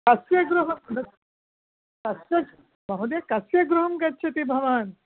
कस्य गृहं कस्य महोदय कस्य गृहं गच्छति भवान्